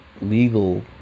Legal